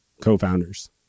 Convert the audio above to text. co-founders